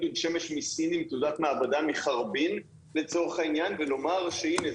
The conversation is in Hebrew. דוד שמש מסין עם תעודת מעבדה מחרבין לצורך העניין ולומר שהנה,